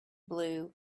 blue